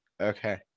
okay